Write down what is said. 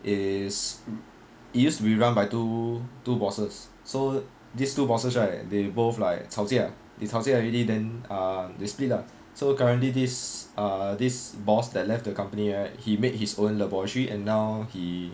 is it is used to be run by two two bosses so these two bosses right they both like 吵架 they 吵架 already then ah they split ah so currently this err this boss that left the company right he made his own laboratory and now he